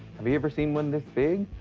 have you ever seen one this big?